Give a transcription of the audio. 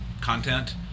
content